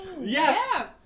Yes